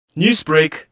Newsbreak